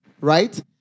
Right